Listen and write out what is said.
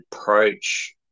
approach